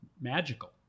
magical